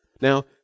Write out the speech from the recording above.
now